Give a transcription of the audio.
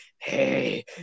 Hey